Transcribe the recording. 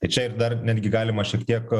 tai čia ir dar netgi galima šiek tiek